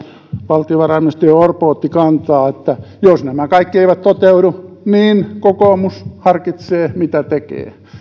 valtiovarainministeri orpo otti tähän kantaa että jos nämä kaikki eivät toteudu niin kokoomus harkitsee mitä tekee